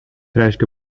reiškia